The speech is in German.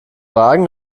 wagen